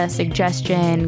suggestion